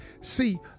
See